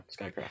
Skycraft